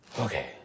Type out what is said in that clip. Okay